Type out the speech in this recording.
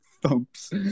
thumps